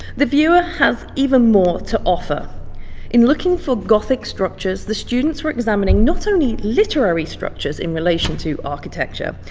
the viewer has even more to offer in looking for gothic structures, the students were examining not only literary structures in relation to architecture,